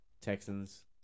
Texans